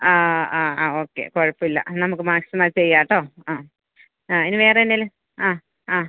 ആ ആ ആ ഓക്കെ കുഴപ്പമില്ല നമുക്ക് മാക്സിമ ചെയ്യാട്ടോ ആ ആ ഇനി വേറെ എന്തേലും ആ ആ